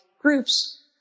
groups